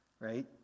right